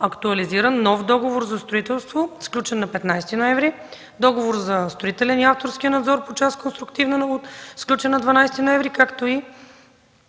актуализиран нов договор за строителство, сключен на 15 ноември, договор за строителен и авторски надзор по част „Конструктивна”, сключен на 12 ноември, както и